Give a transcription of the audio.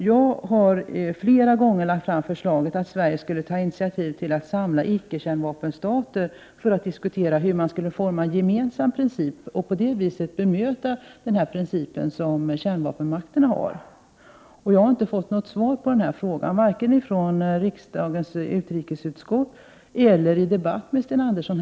Jag har flera gånger lagt fram förslaget att Sverige skulle ta initiativ till att samla icke-kärnvapenstater för diskussion av en gemensam princip för bemötande av den doktrin som kärnvapenmakterna tillämpar. Jag har inte fått något besked på den punkten, varken från riksdagens utrikesutskott eller tidigare i debatt med Sten Andersson.